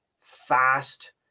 fast